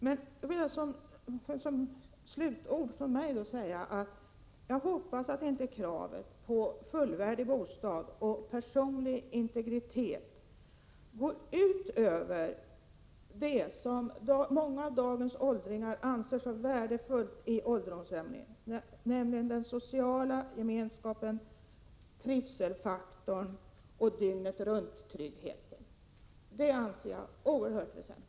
Som slutord vill jag säga att jag hoppas att kravet på fullvärdig bostad och personlig integritet inte går ut över det som många av dagens åldringar anser så värdefullt i ålderdomshemmen, nämligen den sociala gemenskapen, trivselfaktorn och dygnet-runt-tryggheten. Detta anser jag är oerhört väsentligt.